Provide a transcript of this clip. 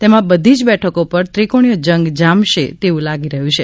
તેમાં બધી જ બેઠકો પર ત્રિકોણીયો જંગ જામશે તેવું લાગી રહ્યું છે